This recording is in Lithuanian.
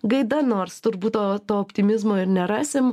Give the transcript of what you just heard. gaida nors turbūt to to optimizmo ir nerasim